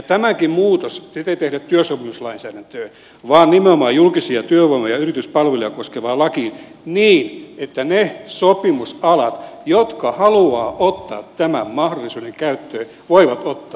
tätäkään muutosta ei tehdä työsopimuslainsäädäntöön vaan nimenomaan julkisia työvoima ja yrityspalveluja koskevaan lakiin niin että ne sopimusalat jotka haluavat ottaa tämän mahdollisuuden käyttöön voivat ottaa